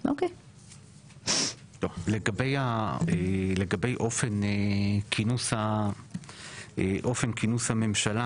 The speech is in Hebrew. טוב, אופן כינוס הממשלה